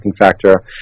factor